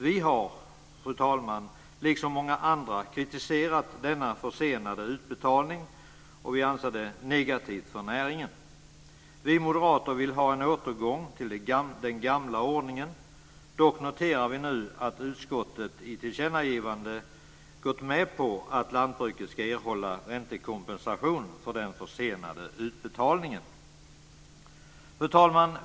Vi har, fru talman, liksom många andra kritiserat denna försenade utbetalning, och vi anser det negativt för näringen. Vi moderater vill ha en återgång till den gamla ordningen. Dock noterar vi nu att utskottet i tillkännagivande gått med på att lantbruket ska erhålla räntekompensation för den försenade utbetalningen. Fru talman!